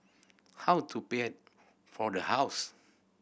how to pay for the house